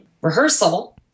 rehearsal